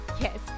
Yes